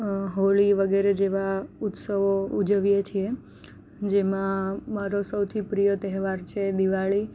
હોળી વગેરે જેવા ઉત્સવો ઉજવીએ છીએ જેમાં મારો સૌથી પ્રિય તહેવાર છે દિવાળી